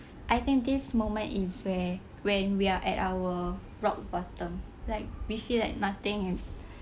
I think this moment is when when we are at our rock bottom like we feel like nothing is